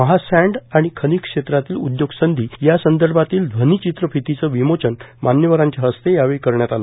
महासँड आणि खनिज क्षेत्रातील उद्योग संधी यासंदर्भातील ध्वनीचित्रफितीचे विमोचन मान्यवरांच्या हस्ते करण्यात आले